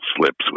slips